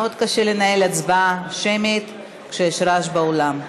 מאוד קשה לנהל הצבעה שמית כשיש רעש באולם.